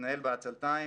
מתנהל בעצלתיים.